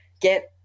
get